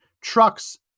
trucks